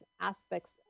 aspects